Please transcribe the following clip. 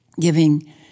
giving